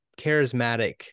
charismatic